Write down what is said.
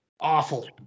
awful